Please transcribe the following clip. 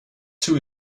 too